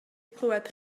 clywed